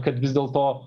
kad vis dėlto